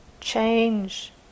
change